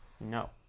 No